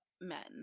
men